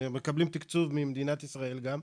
מקבלים תקצוב ממדינת ישראל גם,